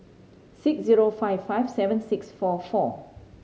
six zero five five seven six four four